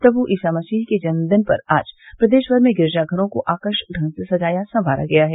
प्रभू ईसा मसीह के जन्मदिन पर आज प्रदेश भर में गिरजा घरों को आकर्षक ढंग से सजाया संवारा गया है